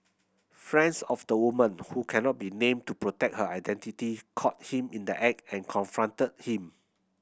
friends of the woman who cannot be named to protect her identity caught him in the act and confronted him